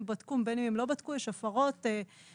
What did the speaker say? בדקו ובין אם הם לא בדקו הפרות מגוונות.